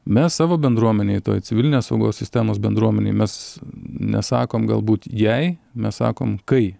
mes savo bendruomenėj toj civilinės saugos sistemos bendruomenėj mes nesakom galbūt jei mes sakom kai